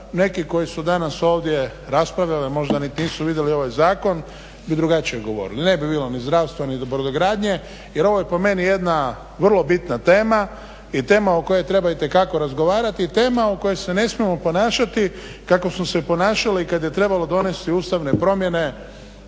neki koji su danas ovdje raspravljali, a možda nit nisu vidjeli ovaj zakon bi drugačije govorili. Ne bi bilo ni zdravstva, ni brodogradnje jer ovo je po meni jedna vrlo bitna tema i tema o kojoj treba itekako razgovarati i tema u kojoj se ne smijemo ponašati kako smo se ponašali kad je trebalo donesti ustavne promjene